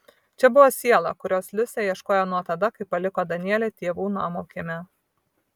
čia buvo siela kurios liusė ieškojo nuo tada kai paliko danielį tėvų namo kieme